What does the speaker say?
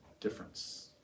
difference